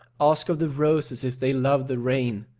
ask of the roses if they love the rain,